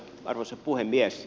arvoisa puhemies